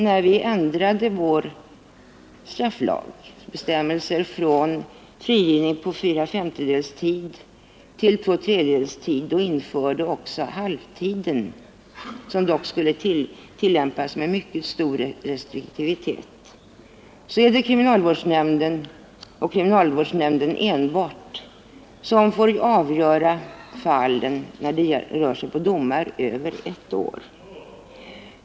Sedan vi ändrat våra strafflagsbestämmelser från frigivning efter fyra femtedelar av strafftiden till efter två tredjedelar eller efter halva tiden — det senare skulle dock tillämpas med mycket stor restriktivitet — är det kriminalvårdsnämnden ensam som får avgöra sådana fall när det rör sig om domar på över ett år.